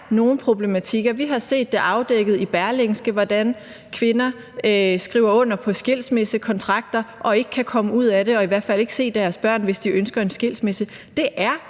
nogle problematikker. Vi har set afdækket i Berlingske, hvordan kvinder skriver under på skilsmissekontrakter og ikke kan komme ud af det og i hvert fald kan ikke se deres børn, hvis de ønsker en skilsmisse. Det er